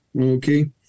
okay